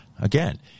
again